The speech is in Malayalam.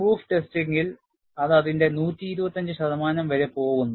പ്രൂഫ് ടെസ്റ്റിംഗിൽ അത് അതിന്റെ 125 ശതമാനം വരെ പോകുന്നു